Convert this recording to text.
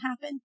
happen